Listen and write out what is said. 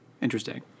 interesting